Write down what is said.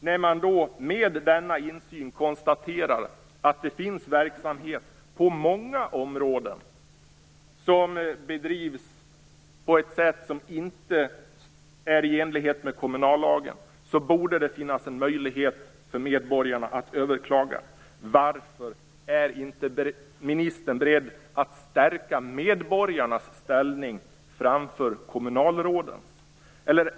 Om man genom denna insyn konstaterar att det på många områden finns verksamhet som bedrivs på ett sätt som inte är i enlighet med kommunallagen, borde det, tycker jag, också finnas en möjlighet för medborgarna att överklaga. Varför är inte ministern beredd att stärka medborgarnas ställning framför kommunalrådens?